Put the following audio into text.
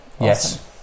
yes